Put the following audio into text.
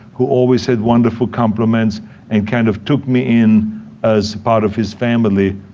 who always had wonderful compliments and kind of took me in as part of his family.